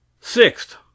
Sixth